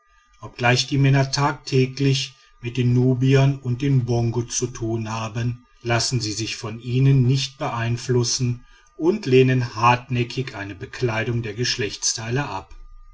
obgleich die männer tagtäglich mit den nubiern und den bongo zu tun haben lassen sie sich von ihnen nicht beeinflussen und lehnen hartnäckig eine bedeckung der geschlechtsteile ab